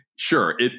Sure